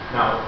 Now